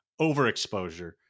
overexposure